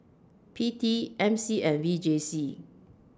P T M C and V J C